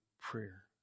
prayer